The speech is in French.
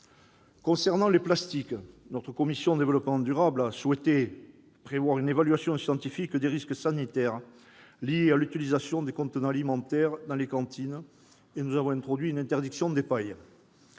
l'aménagement du territoire et du développement durable a souhaité prévoir une évaluation scientifique des risques sanitaires liés à l'utilisation des contenants alimentaires dans les cantines ; nous avons introduit une interdiction des pailles.